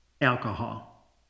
alcohol